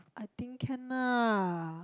I think can ah